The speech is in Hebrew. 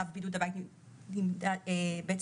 צו בידוד הבית נידון פה,